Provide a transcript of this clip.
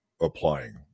applying